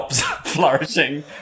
flourishing